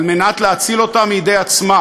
כדי להציל אותה מידי עצמה.